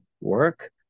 work